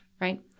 right